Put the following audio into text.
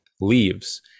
leaves